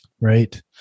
Right